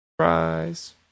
Surprise